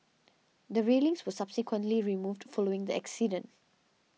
the railings were subsequently removed following the accident